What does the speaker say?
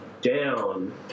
down